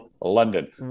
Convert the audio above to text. London